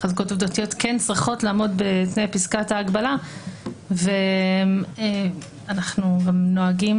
חזקות עובדתיות כן צריכות לעמוד בתנאי פסקת ההגבלה ואנחנו גם נוהגים